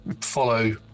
follow